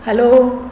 hello